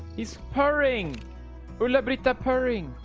it's pouring hula britta purring